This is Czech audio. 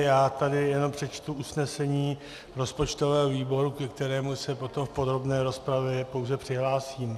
Já tady jenom přečtu usnesení rozpočtového výboru, ke kterému se potom v podrobné rozpravě pouze přihlásím.